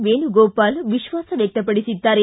ವೇಣುಗೋಪಾಲ್ ವಿಶ್ವಾಸ ವ್ಯಕ್ತಪಡಿಸಿದ್ದಾರೆ